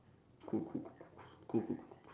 cool cool cool cool cool cool cool cool cool cool